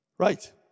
Right